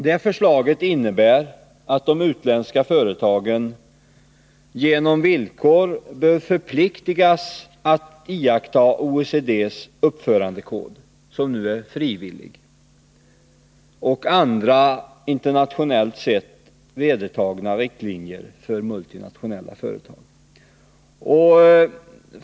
Det förslaget innebär att de utländska företagen genom villkor förpliktas att iaktta OECD:s uppförandekod, som nu är frivillig, och andra internationellt vedertagna riktlinjer för multinationella företag.